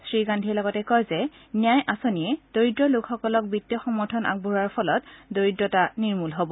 শ্ৰী গান্ধীয়ে কয় যে ন্যায় আঁচনিয়ে দৰিদ্ৰ লোকসকলক বিত্তীয় সমৰ্থন আগবঢ়োৱাৰ ফলত দৰিদ্ৰতা নিৰ্মূল হ'ব